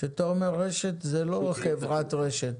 כשאתה אומר רש"ת, זה לא חברת רשת.